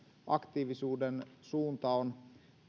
aktiivisuuden suunta on